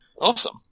Awesome